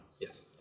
Yes